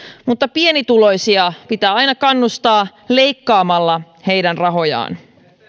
mutta pienituloisia pitää aina kannustaa leikkaamalla heidän rahojaan